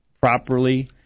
properly